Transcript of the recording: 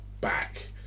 back